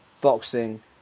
boxing